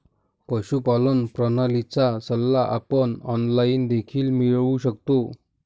पशुपालन प्रणालीचा सल्ला आपण ऑनलाइन देखील मिळवू शकतो